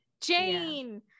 Jane